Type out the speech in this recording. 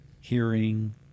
hearing